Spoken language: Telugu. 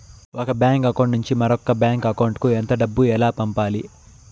ఒక బ్యాంకు అకౌంట్ నుంచి మరొక బ్యాంకు అకౌంట్ కు ఎంత డబ్బు ఎలా పంపాలి